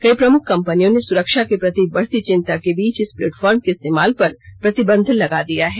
कई प्रमुख कम्पनियों ने सुरक्षा के प्रति बढ़ती चिंता के बीच इस प्लेटफार्म के इस्तेमाल पर प्रतिबंध लगा दिया है